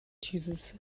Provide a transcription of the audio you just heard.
chooses